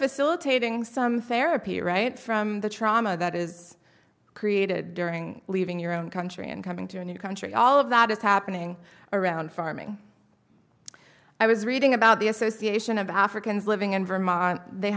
facilitating some therapy right from the trauma that is created during leaving your own country and coming to a new country all of that is happening around farming i was reading about the association of africans living in vermont they